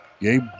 Gabe